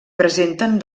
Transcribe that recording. presenten